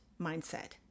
mindset